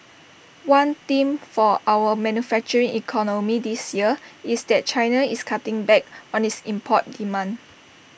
one theme for our manufacturing economy this year is that China is cutting back on its import demand